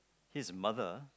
his mother